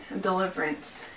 deliverance